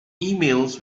emails